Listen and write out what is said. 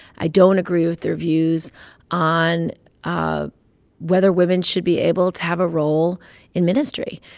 i don't agree with their views on ah whether women should be able to have a role in ministry.